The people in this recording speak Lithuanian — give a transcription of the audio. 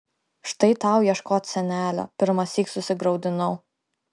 štai tau ieškot senelio pirmą sykį susigraudinau